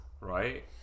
Right